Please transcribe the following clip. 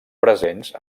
presents